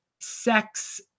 sex